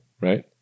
Right